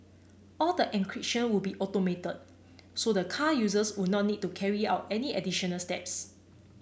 all the encryption would be automated so the car users would not need to carry out any additional steps